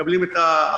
מקבלים את ההחלטות,